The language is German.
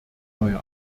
neue